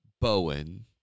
Bowen